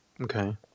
Okay